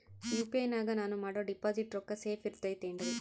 UPI ನಾಗ ನಾನು ಮಾಡೋ ಡಿಪಾಸಿಟ್ ರೊಕ್ಕ ಸೇಫ್ ಇರುತೈತೇನ್ರಿ?